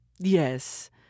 Yes